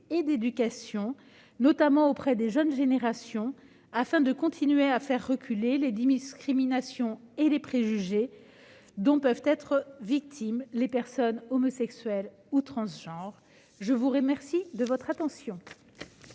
et d'éducation, notamment auprès des jeunes générations, afin de continuer à faire reculer les discriminations et les préjugés dont sont victimes les personnes homosexuelles ou transgenres. La parole est à Mme